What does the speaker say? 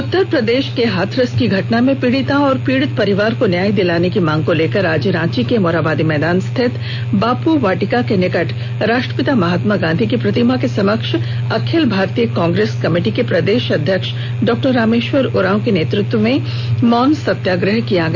उत्तर प्रदेश के हाथरस की घटना में पीड़िता एवं पीड़ित परिवार को न्याय दिलाने की मांग को लेकर आज रांची के मोरहाबादी मैदान स्थित बापू वाटिका के निकट राष्ट्रपिता महात्मा गांधी के प्रतिमा के समक्ष अखिल भारतीय कांग्रेस कमिटी के प्रदेश अध्यक्ष डॉ रामेश्वर उराँव के नेतृत्व में मौन सत्याग्रह किया गया